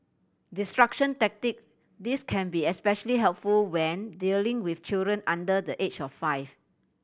distraction tactic This can be especially helpful when dealing with children under the age of five